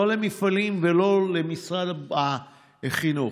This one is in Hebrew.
לא למפעלים ולא למשרד החינוך.